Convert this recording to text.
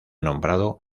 nombrado